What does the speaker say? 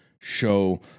show